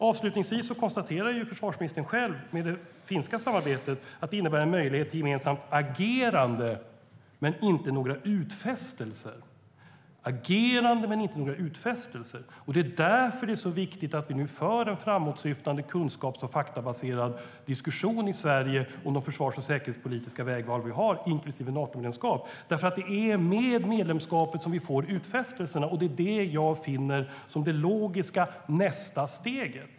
Avslutningsvis konstaterar ju försvarsministern själv att det finska samarbetet innebär en möjlighet till ett gemensamt agerande, men att det inte innebär några utfästelser. Det är därför som det är så viktigt att vi nu för en framåtsyftande kunskaps och faktabaserad diskussion i Sverige om de försvars och säkerhetspolitiska vägval vi står inför - inklusive Natomedlemskap. Det är med ett medlemskap som vi får utfästelser, och det finner jag vara det logiska nästa steget.